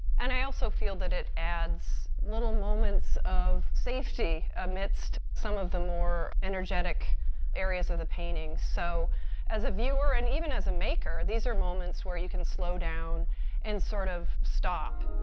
and i also feel that it adds little moments of safety amidst some of the more energetic areas of the painting. so as a viewer, and even as a maker, these are moments where you can slow down and sort of stop.